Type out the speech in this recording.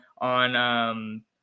on